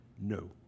No